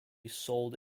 sold